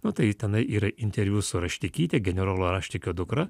nu tai tenai yra interviu su raštikyte generolo raštikio dukra